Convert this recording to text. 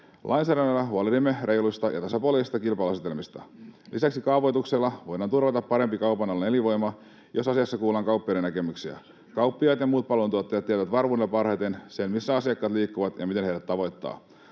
Lainsäädännöllä huolehdimme reiluista ja tasapuolisista kilpailuasetelmista. Lisäksi kaavoituksella voidaan turvata parempi kaupan alan elinvoima, jos asiassa kuullaan kauppiaiden näkemyksiä. Kauppiaat ja muut palveluntuottajat tietävät varmuudella parhaiten sen, missä asiakkaat liikkuvat ja miten heidät tavoittaa.